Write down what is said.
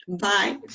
Bye